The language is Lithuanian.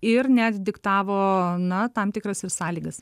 ir net diktavo na tam tikras ir sąlygas